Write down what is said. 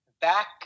back